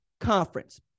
conference